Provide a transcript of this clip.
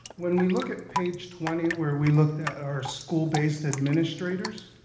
when we look at page twenty where we looked at our school-based administrators,